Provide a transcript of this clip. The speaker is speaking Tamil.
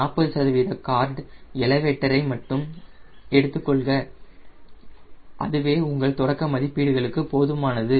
40 சதவீத கார்டு எலவேட்டர் ஐ மட்டும் எடுத்துக் கொள்க அதுவே உங்கள் தொடக்க மதிப்பீடுகளுக்கு போதுமானது